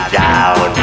down